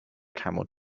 camel